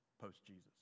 post-Jesus